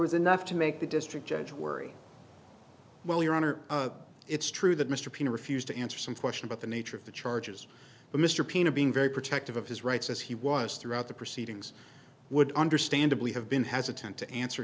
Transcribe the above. was enough to make the district judge worried well your honor it's true that mr p refused to answer some question about the nature of the charges but mr pina being very protective of his rights as he was throughout the proceedings would understandably have been hesitant to answer